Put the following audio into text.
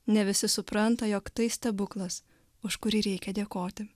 ne visi supranta jog tai stebuklas už kurį reikia dėkoti